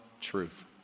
truth